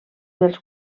dels